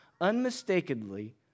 unmistakably